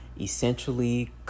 essentially